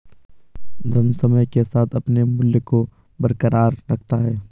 धन समय के साथ अपने मूल्य को बरकरार रखता है